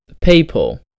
People